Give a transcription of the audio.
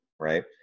Right